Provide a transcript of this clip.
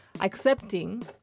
accepting